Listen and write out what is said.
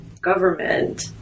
government